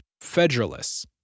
Federalists